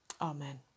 Amen